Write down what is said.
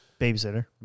Babysitter